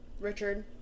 richard